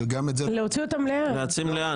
להוציא אותם, לאן?